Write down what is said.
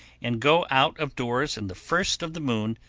and go out of doors in the first of the moon,